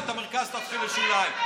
ואת המרכז תהפכו לשוליים.